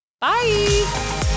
Bye